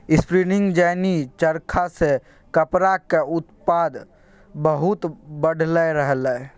spinning jenny चरखा सँ कपड़ाक उत्पादन बहुत बढ़लै रहय